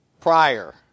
prior